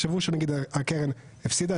ויחשבו שהקרן הפסידה,